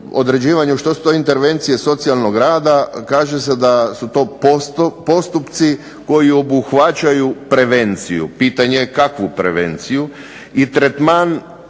određivanju što su to intervencije socijalnog rada kaže se da su to postupci koji obuhvaćaju prevenciju, pitanje je kakvu prevenciju i tretman